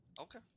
okay